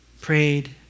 prayed